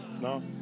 No